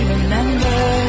Remember